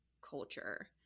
culture